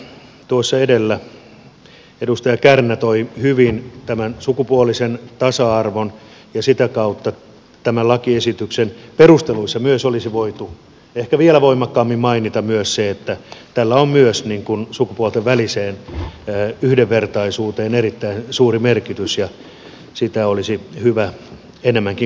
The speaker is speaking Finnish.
tuossa edellä edustaja kärnä toi hyvin tämän sukupuolisen tasa arvon ja sitä kautta tämän lakiesityksen perusteluissa myös olisi voitu ehkä vielä voimakkaammin mainita myös se että tällä on myös sukupuolten väliseen yhdenvertaisuuteen erittäin suuri merkitys ja sitä olisi hyvä enemmänkin korostaa